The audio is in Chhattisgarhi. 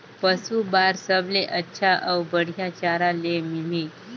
पशु बार सबले अच्छा अउ बढ़िया चारा ले मिलही?